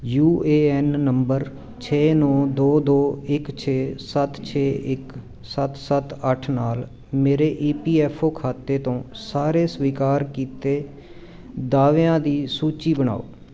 you A N ਨੰਬਰ ਛੇ ਨੌ ਦੋ ਦੋ ਇੱਕ ਛੇ ਸੱਤ ਛੇ ਇੱਕ ਸੱਤ ਸੱਤ ਅੱਠ ਨਾਲ ਮੇਰੇ ਈ ਪੀ ਐੱਫ ਓ ਖਾਤੇ ਤੋਂ ਸਾਰੇ ਸਵੀਕਾਰ ਕੀਤੇ ਦਾਅਵਿਆਂ ਦੀ ਸੂਚੀ ਬਣਾਓ